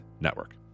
Network